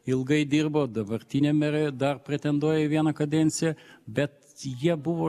ilgai dirbo dabartinė merė dar pretenduoja į vieną kadenciją bet jie buvo